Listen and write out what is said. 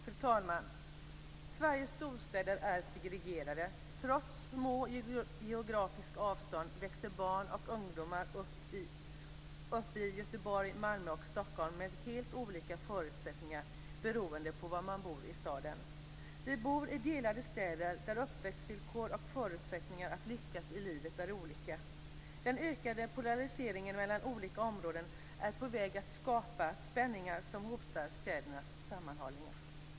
Fru talman! Sveriges storstäder är segregerade. Trots små geografiska avstånd växer barn och ungdomar upp i Göteborg, Malmö och Stockholm med helt olika förutsättningar beroende på var de bor i staden. Vi bor i delade städer, där uppväxtvillkor och förutsättningarna att lyckas i livet är olika. Den ökade polariseringen mellan olika områden är på väg att skapa spänningar som hotar städernas sammanhållning.